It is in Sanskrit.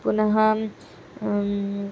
पुनः अहं